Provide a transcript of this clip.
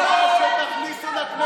מי המחבל הבא שתכניסו לכנסת?